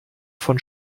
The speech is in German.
von